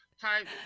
type